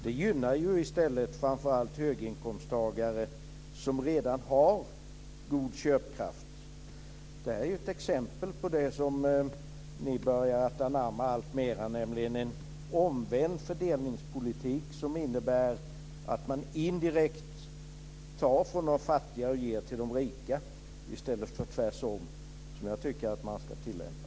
Det gynnar ju i stället framför allt höginkomsttagare som redan har god köpkraft. Det är ett exempel på det som ni börjar anamma alltmer, nämligen en omvänd fördelningspolitik som innebär att man indirekt tar från de fattiga och ger till de rika i stället för tvärtom, som jag tycker att man ska tillämpa.